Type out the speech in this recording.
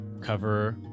cover